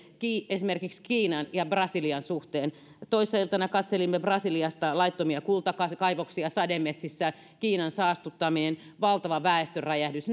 esimerkiksi kiinan ja brasilian suhteen toissa iltana katselimme brasiliasta laittomia kultakaivoksia sademetsissä ja kiina saastuttaa on valtava väestönräjähdys